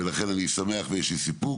ולכן אני שמח ויש לי סיפוק.